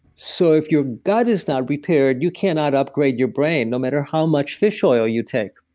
so, if your gut is not repaired, you cannot upgrade your brain no matter how much fish oil you take.